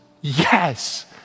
yes